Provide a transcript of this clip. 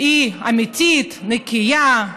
היא אמיתית, נקייה,